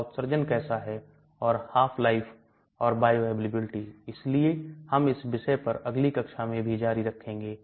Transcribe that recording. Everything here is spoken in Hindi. तो हम अगली कक्षा में भी इस घुलनशीलता और पारगम्यता पर जारी रखेंगे